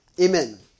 Amen